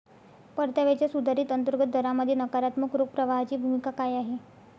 परताव्याच्या सुधारित अंतर्गत दरामध्ये नकारात्मक रोख प्रवाहाची भूमिका काय आहे?